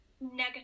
negative